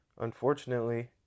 unfortunately